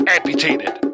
Amputated